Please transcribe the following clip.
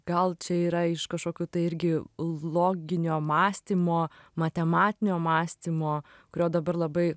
gal čia yra iš kažkokių tai irgi loginio mąstymo matematinio mąstymo kurio dabar labai